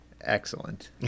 Excellent